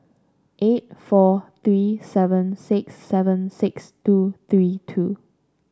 eight four three seven six seven six two three two